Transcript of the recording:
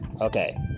Okay